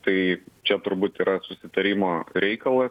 tai čia turbūt yra susitarimo reikalas